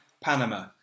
Panama